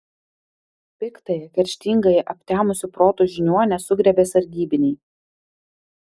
piktąją kerštingąją aptemusiu protu žiniuonę sugriebė sargybiniai